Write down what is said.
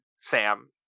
Sam